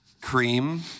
Cream